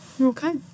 Okay